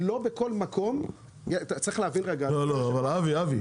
צריך להבין שלא בכל מקום --- לא, לא, אבי.